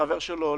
וחבר שלא הולך?